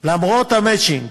למרות המצ'ינג,